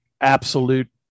absolute